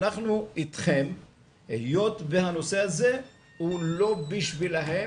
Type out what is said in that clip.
אנחנו אתכם היות והנושא הזה הוא לא בשבילן,